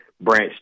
Branch